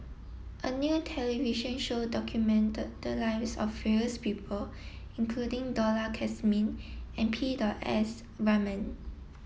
a new television show documented the lives of various people including Dollah Kassim and Peter S Waman